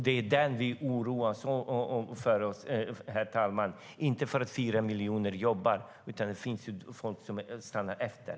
Det är den vi oroar oss för, herr talman, inte för att 4 miljoner jobbar utan för att folk är efter.